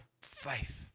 faith